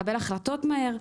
לקבל החלטות מהר.